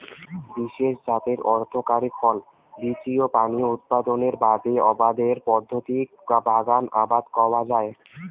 বিশেষ জাতের অর্থকরী ফল, বীচি ও পানীয় উৎপাদনের বাদে আবাদের পদ্ধতিক বাগান আবাদ কওয়া যায়